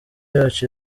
yacu